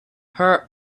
her